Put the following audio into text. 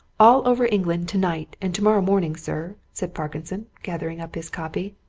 all over england, tonight, and tomorrow morning, sir, said parkinson, gathering up his copy.